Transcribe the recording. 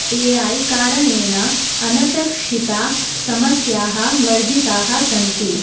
ए ऐ कारणेन अनपेक्षिताः समस्याः वर्धिताः सन्ति